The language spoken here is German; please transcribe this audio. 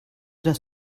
das